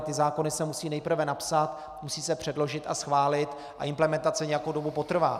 Ty zákony se ale musí nejprve napsat, musí se předložit a schválit a implementace nějakou dobu potrvá.